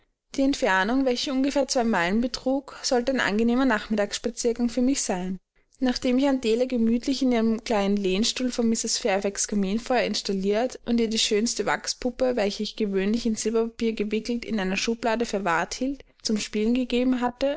die entfernung welche ungefähr zwei meilen betrug sollte ein angenehmer nachmittagsspaziergang für mich sein nachdem ich adele gemütlich in ihrem kleinen lehnstuhl vor mrs fairfax kaminfeuer installiert und ihr die schönste wachspuppe welche ich gewöhnlich in silberpapier gewickelt in einer schublade verwahrt hielt zum spielen gegeben hatte